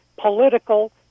political